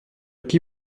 qui